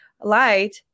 light